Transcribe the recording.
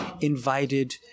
invited